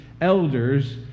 elders